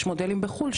יש מודלים בחו"ל,